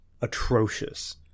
atrocious